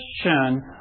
question